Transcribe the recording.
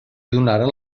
donaren